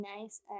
nice